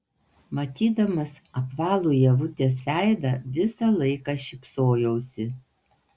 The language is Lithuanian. matydamas apvalų ievutės veidą visą laiką šypsojausi